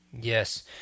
Yes